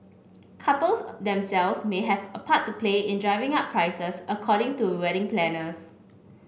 couples themselves may have a part to play in driving up prices according to wedding planners